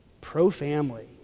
Pro-family